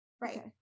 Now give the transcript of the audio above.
Right